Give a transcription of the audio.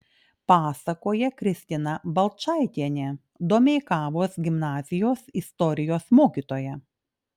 pasakoja kristina balčaitienė domeikavos gimnazijos istorijos mokytoja